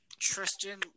Tristan